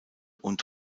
und